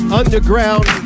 underground